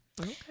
Okay